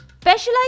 Specialized